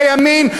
בימין,